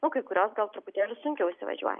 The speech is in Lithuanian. o kai kurios gal truputį sunkiau įsivažiuoti